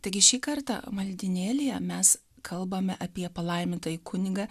taigi šį kartą maldynėlyje mes kalbame apie palaimintąjį kunigą